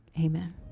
Amen